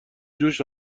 جوش